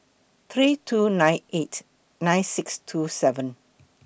three two nine eight nine six two seven